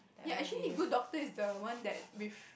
ya actually good doctor is the one that with